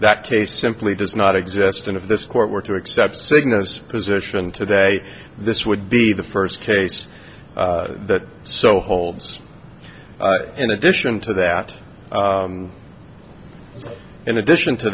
that case simply does not exist and if this court were to accept cygnus position today this would be the first case that so holds in addition to that so in addition to